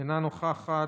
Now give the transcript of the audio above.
אינה נוכחת.